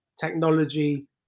technology